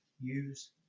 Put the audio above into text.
use